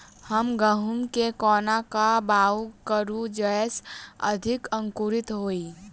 हम गहूम केँ कोना कऽ बाउग करू जयस अधिक अंकुरित होइ?